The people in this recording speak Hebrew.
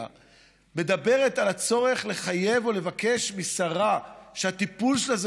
ומדברת על הצורך לבקש ולחייב שרה שהטיפול שלה זה